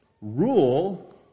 Rule